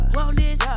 Wellness